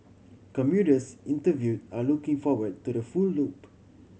commuters interview are looking forward to the full loop